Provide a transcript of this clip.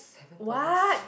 what